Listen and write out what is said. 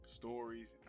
stories